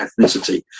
ethnicity